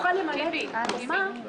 אמרתי שהליכוד יודיע את השמות.